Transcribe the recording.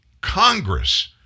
Congress